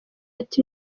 ati